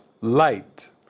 light